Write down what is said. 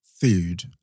food